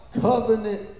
covenant